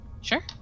Sure